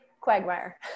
quagmire